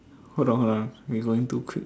hold on hold on we going too quick